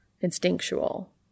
instinctual